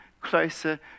closer